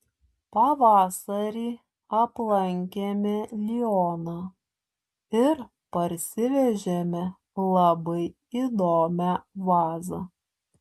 pavasarį aplankėme lioną ir parsivežėme labai įdomią vazą